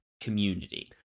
community